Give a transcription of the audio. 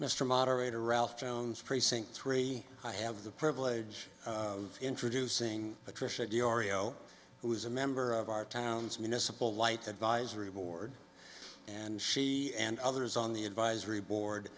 mr moderator ralph jones precinct three i have the privilege of introducing patricia diorio who is a member of our town's municipal light advisory board and she and others on the advisory board